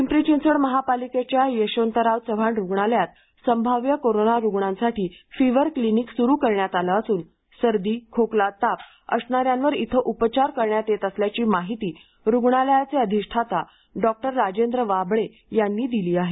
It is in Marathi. पिंपरी चिंचवड महापालिकेच्या यशवंतराव चव्हाण रुग्णालयात संभाव्य कोरोना रुग्णांसाठी फिव्हर क्लिनिक सुरू करण्यात आलं असून सर्दी खोकला ताप असणाऱ्यांवर इथं उपचार करण्यात येत असल्याची माहिती रुग्णालयाचे अधिष्ठाता डॉक्टर राजेंद्र वाबळे यांनी दिली आहे